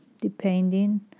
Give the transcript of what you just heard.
depending